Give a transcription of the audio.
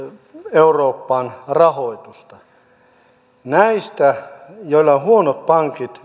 eurooppaan rahoitusta näistä joilla on huonot pankit